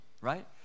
right